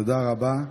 תודה רבה.